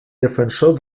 defensor